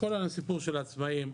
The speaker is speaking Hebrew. כל הסיפור של העצמאים,